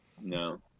no